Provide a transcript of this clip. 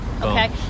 Okay